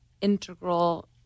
integral